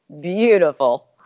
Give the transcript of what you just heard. beautiful